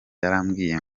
yarambwiye